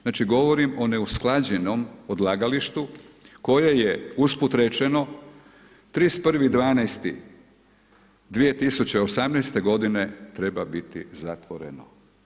Znači, govorim o neusklađenom odlagalištu koje je usput rečeno 31.12.2018. treba biti zatvoreno.